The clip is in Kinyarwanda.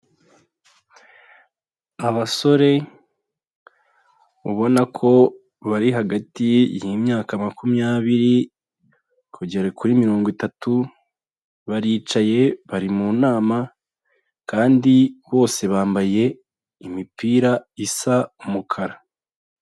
Abasore ubona ko bari hagati y'imyaka makumyabiri kugera kuri mirongo itatu baricaye bari mu nama kandi bose bambaye imipira isa umukara.